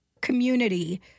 community